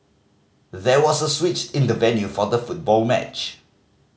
there was a switch in the venue for the football match